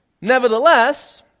Nevertheless